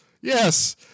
Yes